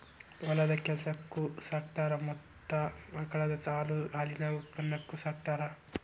ಹೊಲದ ಕೆಲಸಕ್ಕು ಸಾಕತಾರ ಮತ್ತ ಆಕಳದ ಹಾಲು ಹಾಲಿನ ಉತ್ಪನ್ನಕ್ಕು ಸಾಕತಾರ